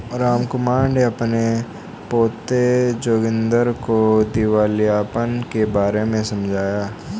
रामकुमार ने अपने पोते जोगिंदर को दिवालियापन के बारे में समझाया